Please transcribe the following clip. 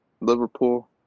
Liverpool